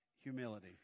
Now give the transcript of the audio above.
humility